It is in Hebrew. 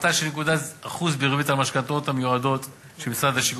הפחתה של נקודת אחוז בריבית על משכנתאות מיועדות של משרד השיכון,